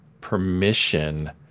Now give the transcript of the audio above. permission